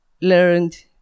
learned